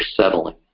settling